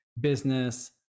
business